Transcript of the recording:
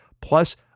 plus